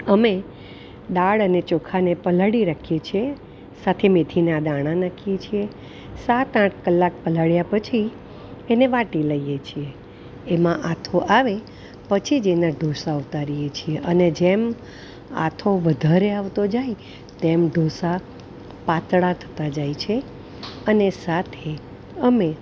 અમે દાળ અને ચોખાને પલાળી રાખીએ છીએ સાથે મેથીના દાણા નાખીએ છીએ સાત આઠ કલાક પલાળ્યા પછી એને વાટી લઈએ છીએ એમાં આથો આવે પછી જ એના ઢોસા ઉતારીએ છીએ અને જેમ આથો વધારે આવતો જાય તેમ ઢોસા પાતળા થતાં જાય છે અને સાથે અમે